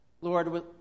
Lord